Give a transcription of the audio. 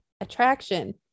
attraction